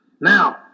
Now